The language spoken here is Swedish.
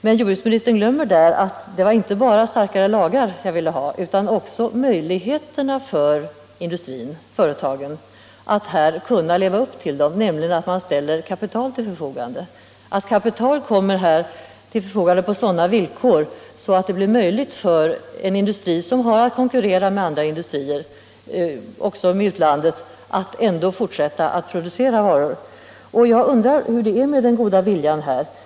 Men jordbruksministern glömmer då att det inte bara var starkare lagar jag ville ha utan också möjligheten för företag att leva upp till dem, nämligen att man ställer kapital till förfogande, på sådana villkor att det blir möjligt för en industri som har att konkurrera med andra industrier — också med utlandet — att ändå fortsätta att producera varor. Jag undrar hur det är med den goda viljan i detta avseende.